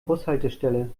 bushaltestelle